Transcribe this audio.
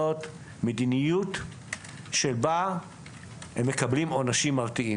מדיניות שבה הם מקבלים עונשים מרתיעים.